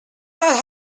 not